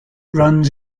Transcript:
runs